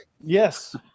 yes